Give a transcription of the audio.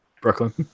Brooklyn